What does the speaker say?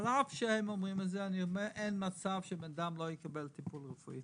על אף שהם אומרים את זה אני אומר: אין מצב שבן אדם לא יקבל טיפול רפואי.